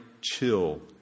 chill